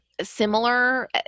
similar